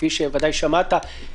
כפי שוודאי שמעת,